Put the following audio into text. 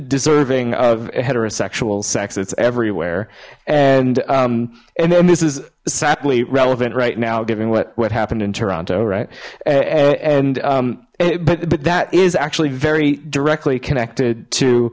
deserving of a heterosexual sex it's everywhere and and and this is sadly relevant right now giving what what happened in toronto right and but but that is actually very directly connected to